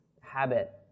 habit